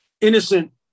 innocent